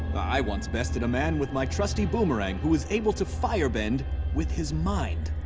i once bested a man with my trusty boomerang who was able to firebend with his mind.